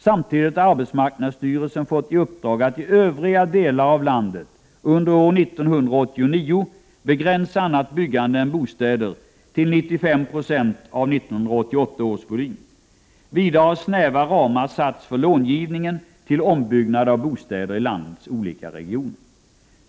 Samtidigt har arbetsmarknadsstyrelsen fått i uppdrag att i övriga delar av landet under år 1989 begränsa annat byggande än bostäder till 95 96 av 1988 års volym. Vidare har snäva ramar satts för långivningen till ombyggnad av bostäder i landets olika regioner.